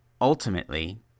ultimately